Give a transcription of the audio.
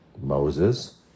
Moses